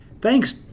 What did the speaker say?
Thanks